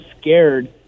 scared